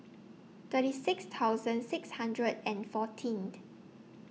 thirty six thousand six hundred and fourteen